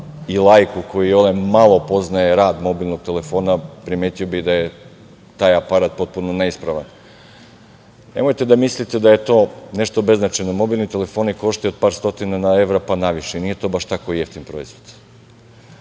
i laik koji imalo poznaje rad mobilnog telefona primetio da je taj aparat potpuno neispravan. Nemojte da mislite da je to nešto beznačajno. Mobilni telefoni koštaju od par stotina evra, pa naviše i nije to baš tako jeftin proizvod. Posle